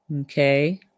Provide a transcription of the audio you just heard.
Okay